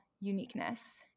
uniqueness